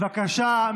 בבקשה.